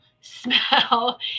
smell